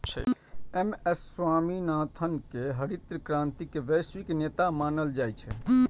M S Swaminathan कें हरित क्रांतिक वैश्विक नेता मानल जाइ छै